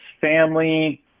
family